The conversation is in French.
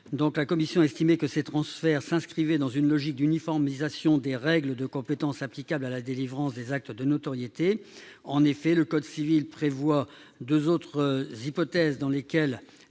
La commission a estimé qu'un tel transfert s'inscrivait dans une logique d'uniformisation des règles de compétence applicables à la délivrance des actes de notoriété. En effet, le code civil prévoit deux autres hypothèses dans lesquelles